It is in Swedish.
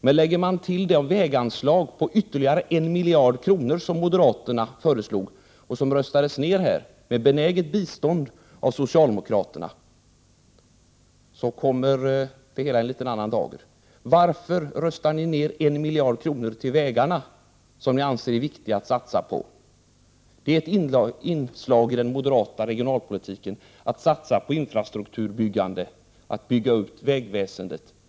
Men lägger man till de väganslag på ytterligare en miljard kronor som moderaterna föreslog men som röstades ner i kammaren med benäget bistånd av socialdemokraterna, kommer det hela i en annan dager. Varför röstade ni ner en miljard kronor till vägarna, som ni anser att det är viktigt att satsa på? Att satsa på infrastrukturen är ett inslag i den moderata regionalpolitiken. Vi vill bygga ut vägväsendet, bygga småvägarna.